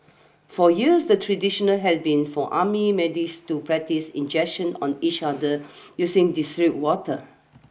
for years the tradition had been for army medics to practise injections on each other using distilled water